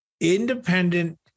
independent